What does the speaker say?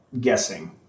guessing